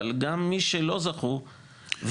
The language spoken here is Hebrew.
אבל גם מי שלא זכו --- אגב,